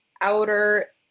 outer